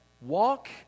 walk